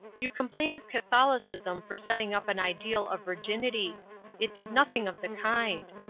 you complain of catholicism for setting up an ideal of virginity it did nothing of the kind.